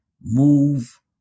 move